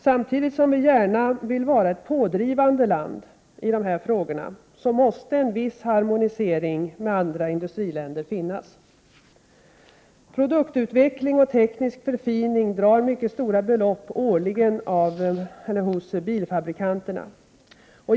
Samtidigt som vi gärna vill vara ett pådrivande land i de här frågorna, måste en viss harmonisering med andra industriländer finnas. Prot. 1988/89:115 Produktutveckling och teknisk förfining drar mycket stora belopp årligen 17 maj 1989 hos bilfabrikanterna.